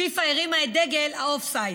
פיפ"א הרימה את דגל האופסייד.